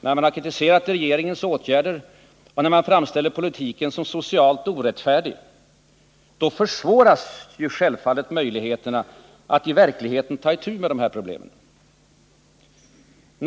När de kritiserar regeringens åtgärder och när de framställer politiken som socialt orättfärdig, då försvåras självfallet möjligheterna att i verkligheten ta itu med de här problemen.